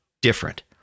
different